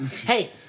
Hey